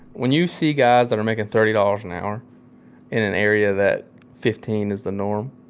when you see guys that are making thirty dollars an hour in an area that fifteen is the norm,